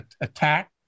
attack